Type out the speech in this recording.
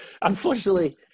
unfortunately